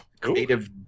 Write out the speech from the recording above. Creative